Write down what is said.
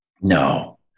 No